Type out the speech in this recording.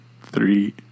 three